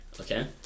okay